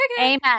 Amen